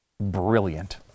Brilliant